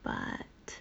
but